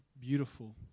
beautiful